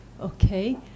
okay